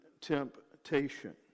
temptation